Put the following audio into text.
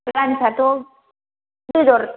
लान्चआथ' बेदर